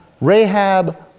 Rahab